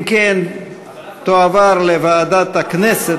להלן התוצאות, חברי הכנסת: